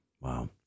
Wow